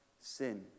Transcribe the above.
sin